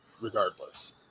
regardless